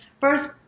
first